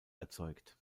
erzeugt